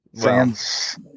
Fans